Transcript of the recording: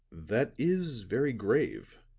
that is very grave,